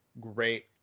great